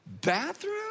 bathroom